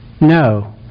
No